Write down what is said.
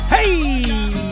Hey